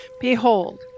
Behold